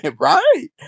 Right